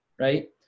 right